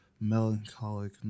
melancholic